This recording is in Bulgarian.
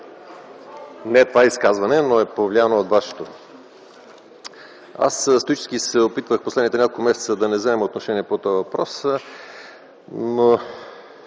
това е изказване, но е повлияно от Вашето. Аз стоически се опитвах през последните няколко месеца да не вземам отношение по този въпрос, но